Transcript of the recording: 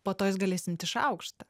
po to jis galės imti šaukštą